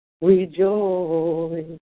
rejoice